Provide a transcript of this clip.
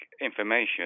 information